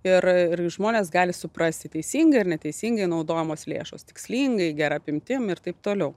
ir žmonės gali suprasti teisingai ar neteisingai naudojamos lėšos tikslingai gera apimtim ir taip toliau